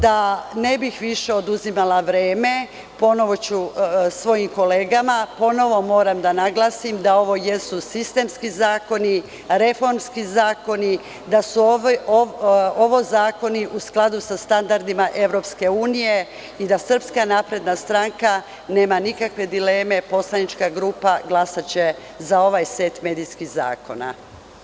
Da ne bi više oduzimala vreme svojim kolegama, ponovo moram da naglasim da ovo jesu sistemski zakoni, reformski zakoni, da su ovo zakoni u skladu sa standardima EU i, nema nikakve dileme, poslanička grupa SNS glasaće za ovaj set medijskih zakona.